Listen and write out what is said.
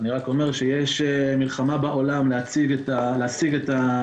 אני רק אומר שיש מלחמה בעולם להשיג את המסכות.